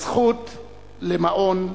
הזכות למעון,